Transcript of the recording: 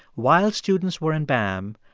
while students were in bam,